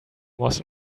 was